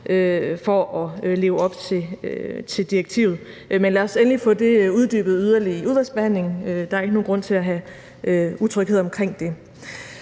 for at leve op til direktivet. Men lad os endelig få det uddybet yderligere i udvalgsbehandlingen. Der er ikke nogen grund til at have utryghed omkring det.